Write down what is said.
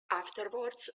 afterwards